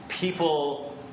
people